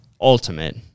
ultimate